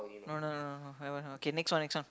no no no no I want I want okay next one next one